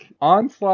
Onslaught